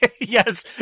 yes